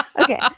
Okay